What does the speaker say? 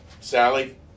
Sally